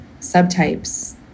subtypes